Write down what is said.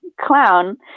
clown